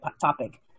topic